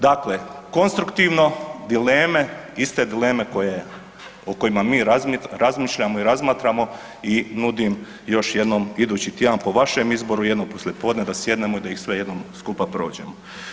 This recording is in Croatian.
Dakle, konstruktivno, dileme, iste dileme koje, o kojima mi razmišljamo i razmatramo i nudim još jednom, idući tjedan, po vašem izboru, jedno poslijepodne da sjednemo i da ih sve jednom skupa prođemo.